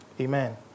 Amen